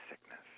sickness